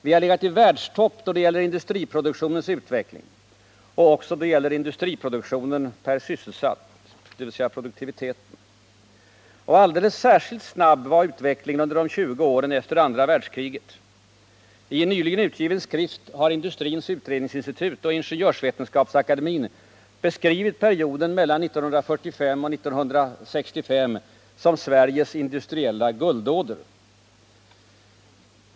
Vi har legat i världstopp när det gäller industriproduktionens utveckling och också när det gäller industriproduktionen per sysselsatt, dvs. produktiviteten. Och alldeles särskilt snabb var utvecklingen under de 20 åren närmast efter andra världskriget. I en nyligen utgiven skrift har Industrins utredningsinstitut och Ingenjörsvetenskapsakademien beskrivit perioden mellan 1945 och 1965 som Sveriges industriella guldålder.